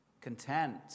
content